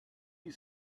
you